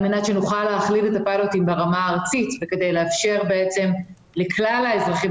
על מנת שנוכל להחליף את הפיילוט ברמה הארצית וכדי לאפשר לכלל האזרחים